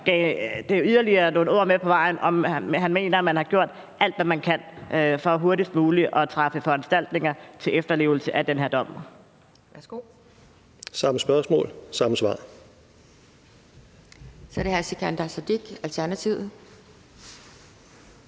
gav det yderligere nogle ord med på vejen, om han mener, at man har gjort alt, hvad man kan, for hurtigst muligt at træffe foranstaltninger til efterlevelse af den her dom. Kl. 10:44 Anden næstformand (Pia Kjærsgaard):